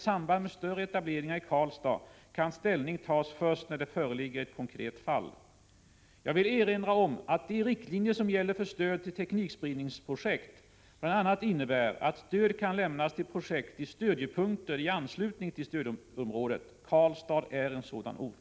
samband med större etableringar i Karlstad, kan ställning tas först när det föreligger ett konkret fall. Jag vill erinra om att de riktlinjer som gäller för stöd till teknikspridningsprojekt bl.a. innebär att stöd kan lämnas till projekt i stödjepunkter i anslutning till stödområdet. Karlstad är en sådan ort.